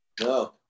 No